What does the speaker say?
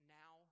now